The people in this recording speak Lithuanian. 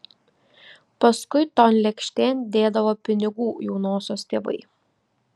paskui ton lėkštėn dėdavo pinigų jaunosios tėvai